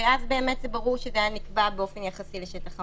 ואז ברור שזה היה נקבע באופן יחסי לשטח המקום.